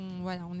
voilà